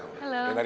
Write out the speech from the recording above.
hello.